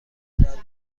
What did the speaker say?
ساعت